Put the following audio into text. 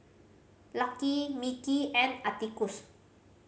Lucky Mickey and Atticus